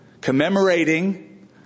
commemorating